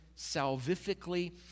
salvifically